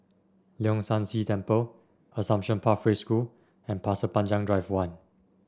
Leong San See Temple Assumption Pathway School and Pasir Panjang Drive One